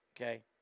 Okay